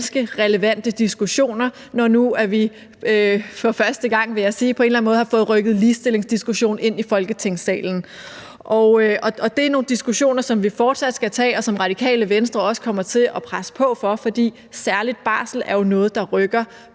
eller anden måde har fået rykket ligestillingsdiskussionen ind i Folketingssalen. Og det er nogle diskussioner, som vi fortsat skal tage, og som Radikale Venstre også kommer til at presse på for, for særlig barsel er